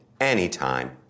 anytime